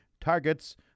targets